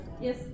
Yes